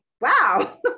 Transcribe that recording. wow